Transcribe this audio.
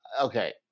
Okay